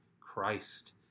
Christ